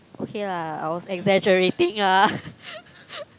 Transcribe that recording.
ok lah I was exaggerating ah